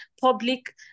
public